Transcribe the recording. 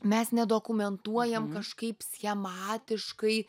mes ne dokumentuojam kažkaip schematiškai